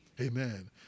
Amen